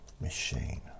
machine